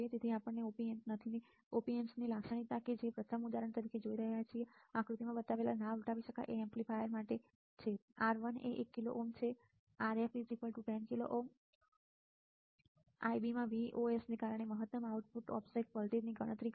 તેથી op Ampનથી લાક્ષણિકતા જે આપણે પ્રથમ ઉદાહરણ તરીકે જોઈ રહ્યા છીએ તે આકૃતિમાં બતાવેલ ના ઉલટાવી શકાય એ એમ્પ્લીફાયર માટે છે R1એ 1 કિલો ઓહ્મ છે Rf 10 કિલો ઓહ્મIbમાંVos નેકારણે મહત્તમ આઉટપુટ ઓફસેટ વોલ્ટેજની ગણતરી કરો